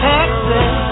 Texas